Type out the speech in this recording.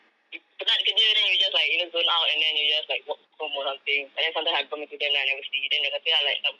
you penat kerja then you just like you know zone out and then you just walk home or something but then sometimes I bumped into them then I never see then dia orang kata I like macam